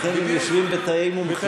לכן הם יושבים בתאי מומחים.